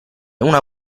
una